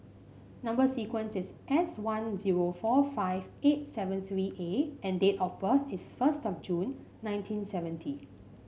number sequence is S one zero four five eight seven three A and date of birth is first of June nineteen seventy